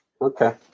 Okay